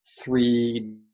three